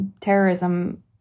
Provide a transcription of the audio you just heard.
terrorism